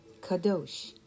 Kadosh